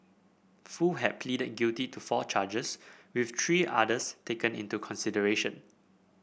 foo had pleaded guilty to four charges with three others taken into consideration